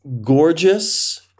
gorgeous